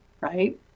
right